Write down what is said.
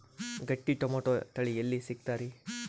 ಗಟ್ಟಿ ಟೊಮೇಟೊ ತಳಿ ಎಲ್ಲಿ ಸಿಗ್ತರಿ?